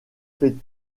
fais